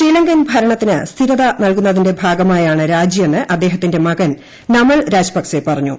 ശ്രീലങ്കൻ ഭരണത്തിന് ്സ്ഥിരത നൽകുന്നതിന്റെ ഭാഗമായാണ് രാജിയെന്ന് അദ്ദേഹത്തിന്റെ മകൻ നമൽ രാജപക്സെ പറഞ്ഞു